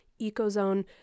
ecozone